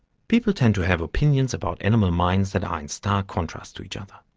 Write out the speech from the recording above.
people tend to have opinions about animal minds that are in stark contrast to each other.